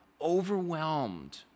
overwhelmed